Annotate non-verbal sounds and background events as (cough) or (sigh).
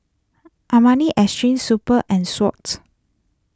(noise) Armani Exchange Super and Swatch